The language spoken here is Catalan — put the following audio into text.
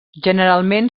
generalment